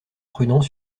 prudent